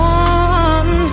one